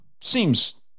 Seems